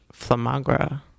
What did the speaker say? Flamagra